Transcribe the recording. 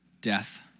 Death